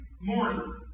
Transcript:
morning